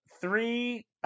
Three